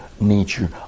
nature